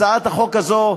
הצעת החוק הזאת,